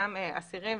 גם אסירים,